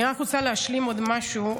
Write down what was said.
אני רק רוצה להשלים עוד משהו,